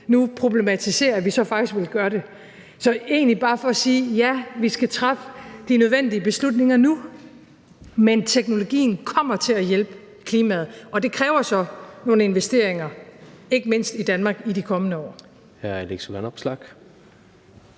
nu problematiserer, at vi så faktisk vil gøre det. Så det er egentlig bare for at sige, at ja, vi skal træffe de nødvendige beslutninger nu, men teknologien kommer til at hjælpe klimaet, og det kræver så nogle investeringer, ikke mindst i Danmark, i de kommende år.